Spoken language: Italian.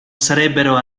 sarebbero